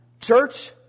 Church